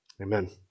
Amen